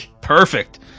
Perfect